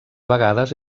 vegades